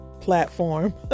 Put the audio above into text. platform